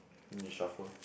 mm you shuffle